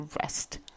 rest